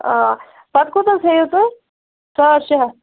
آ پَتہٕ کوٗتاہ حظ ہیٚیِو تُہۍ ساڑ شےٚ ہَتھ